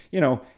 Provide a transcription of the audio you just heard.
you know,